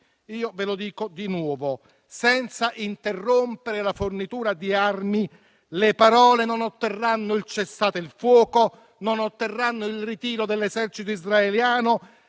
Ve lo dico di nuovo: senza interrompere la fornitura di armi, le parole non otterranno il cessate il fuoco, non otterranno il ritiro dell'esercito israeliano